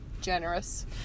Generous